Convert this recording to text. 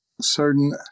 certain